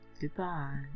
Goodbye